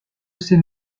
ses